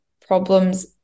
problems